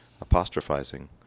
apostrophizing